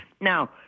Now